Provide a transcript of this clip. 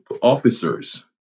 officers